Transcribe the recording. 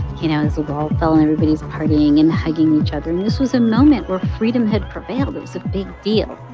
you know, and so um everybody's partying and hugging each other. and this was a moment where freedom had prevailed. it was a big deal